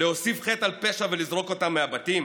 להוסיף חטא על פשע ולזרוק אותם מהבתים?